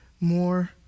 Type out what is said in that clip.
more